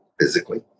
physically